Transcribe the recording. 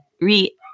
re